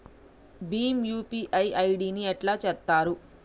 Bhim UPI ID ని ఎట్లా చేత్తరు?